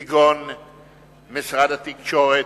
כגון משרד התקשורת,